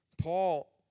Paul